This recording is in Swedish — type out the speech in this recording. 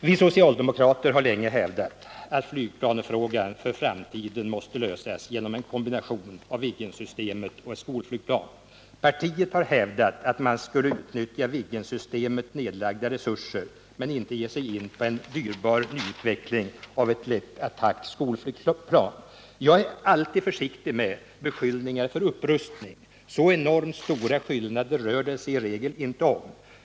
Vi socialdemokrater har länge hävdat att flygplansfrågan för framtiden måste lösas genom en kombination mellan Viggensystemet och ett skolflygplan. Jag är alltid försiktig med beskyllningar för upprustning. Så enormt stora skillnader rör det sig i regel inte om.